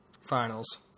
Finals